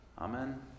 Amen